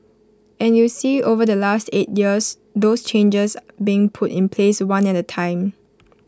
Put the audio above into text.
and you see over the last eight years those changes being put in place one at A time